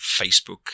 Facebook